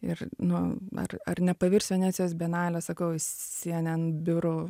ir nu ar ar nepavirs venecijos bienalė sakau cnn biuru